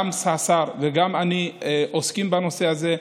גם השר וגם אני עוסקים בנושא הזה.